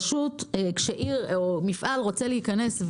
כשעיר או מפעל רוצה להיכנס,